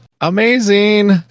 amazing